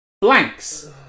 blanks